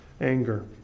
anger